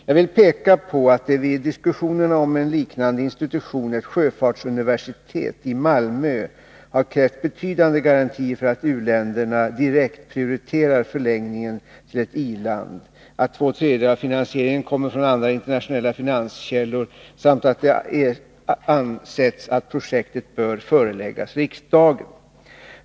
Jag vill peka på att det vid diskussionerna om en liknande institution, ett sjöfartsuniversitet i Malmö, har krävts betydande garantier för att u-länderna direkt prioriterar förläggningen till ett i-land, att två tredjedelar av finansieringen kommer från andra internationella finanskällor samt att det ansetts att projektet bör föreläggas riksdagen.